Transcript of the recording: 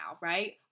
right